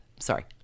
Sorry